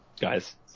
Guys